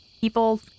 people